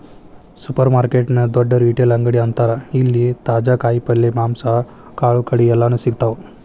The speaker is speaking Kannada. ಸೂಪರ್ರ್ಮಾರ್ಕೆಟ್ ನ ದೊಡ್ಡ ರಿಟೇಲ್ ಅಂಗಡಿ ಅಂತಾರ ಇಲ್ಲಿ ತಾಜಾ ಕಾಯಿ ಪಲ್ಯ, ಮಾಂಸ, ಕಾಳುಕಡಿ ಎಲ್ಲಾನೂ ಸಿಗ್ತಾವ